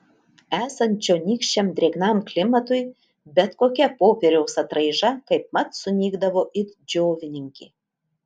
esant čionykščiam drėgnam klimatui bet kokia popieriaus atraiža kaipmat sunykdavo it džiovininkė